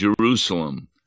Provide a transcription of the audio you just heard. Jerusalem